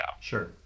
sure